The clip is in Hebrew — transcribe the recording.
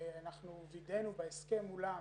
אנחנו וידאנו בהסכם מולם,